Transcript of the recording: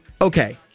okay